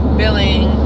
billing